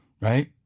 Right